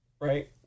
Right